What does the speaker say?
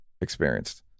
experienced